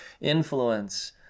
influence